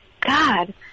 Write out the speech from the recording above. God